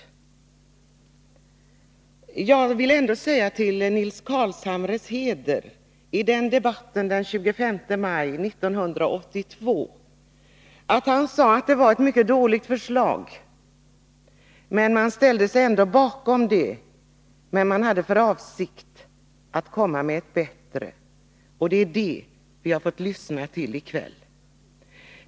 Jag vill ändå säga till Nils Carlshamres heder att han i debatten den 25 maj 1982 sade att det var ett mycket dåligt förslag. Man ställde sig ändå bakom det, men hade för avsikt att komma med ett bättre. Det är det vi har fått lyssna till i kväll.